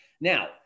Now